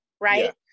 right